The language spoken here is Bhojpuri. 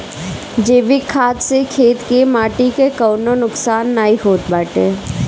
जैविक खाद से खेत के माटी कअ कवनो नुकसान नाइ होत बाटे